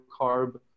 carb